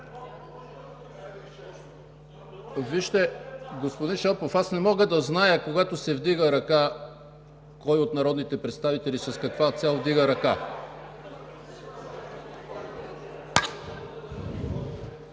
Вижте, господин Шопов, аз не мога да знам, когато се вдига ръка, кой от народните представители с каква цел вдига ръка.